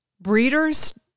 Breeders